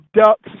ducks